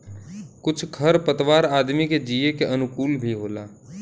कुछ खर पतवार आदमी के जिये के अनुकूल भी होला